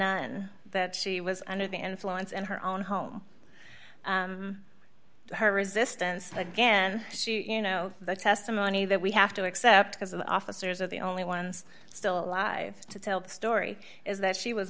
in that she was under the influence and her own home her resistance again you know the testimony that we have to accept because the officers are the only ones still alive to tell the story is that she was